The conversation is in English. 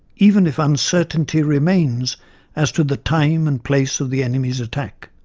even if uncertainty remains as to the time and place of the enemy's attack.